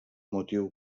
motiu